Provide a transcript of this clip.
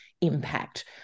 impact